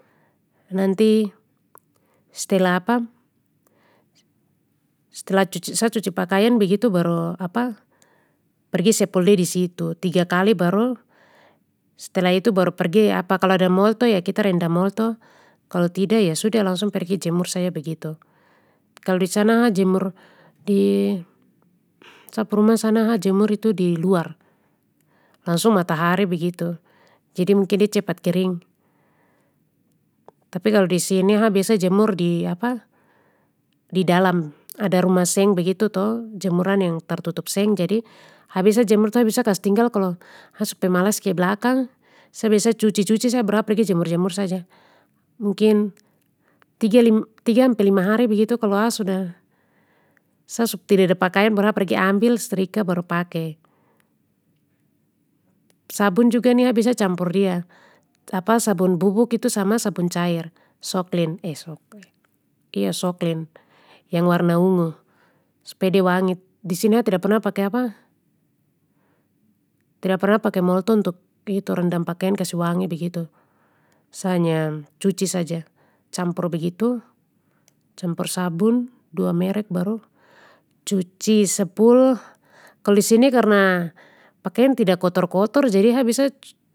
Nanti, stelah stelah cuci sa cuci pakaian begitu baru pergi sepul de disitu tiga kali baru, stelah itu baru pergi kalau ada molto ya kita rendam molto, kalo tida ya sudah langsung pergi jemur saja begitu. Kalo disana ha jemur, di, sa pu rumah sana ha jemur itu di luar, langsung matahari begitu, jadi mungkin de cepat kering. Tapi kalo disini ha biasa jemur di di dalam, ada rumah seng begitu to jemuran yang tertutup seng jadi ha biasa jemur tu ha biasa kas tinggal kalo ha su pemalas ke blakang, sa biasa cuci cuci saja baru ap pergi jemur jemur saja, mungkin, tiga lim-tiga ampe lima hari begitu kalo ha sudah, sa su tida ada pakaian baru a pergi ambil strika baru pake. Sabun juga ni ha biasa campur dia sabun bubuk itu sama sabun cair so clean eh so clean. Iyo so clean, yang warna ungu, supaya de wangi, disini ha tida pernah pake tida pernah pake molto untuk itu rendam pakaian kasih wangi begitu sa hanya cuci saja campur begitu, campur sabun dua merek baru, cuci sepul, kalo disini karna pakaian tida kotor kotor jadi ha biasa.